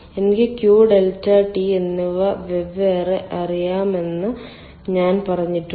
എനിക്ക് Q delta T എന്നിവ വെവ്വേറെ അറിയാമെന്ന് ഞാൻ പറഞ്ഞിട്ടുണ്ട്